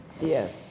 Yes